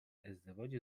ازدواج